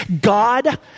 God